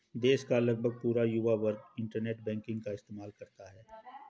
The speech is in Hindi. देश का लगभग पूरा युवा वर्ग इन्टरनेट बैंकिंग का इस्तेमाल करता है